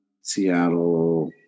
Seattle